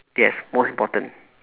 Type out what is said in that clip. yes most important